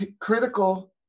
Critical